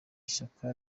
ishyaka